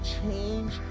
change